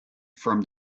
from